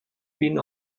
been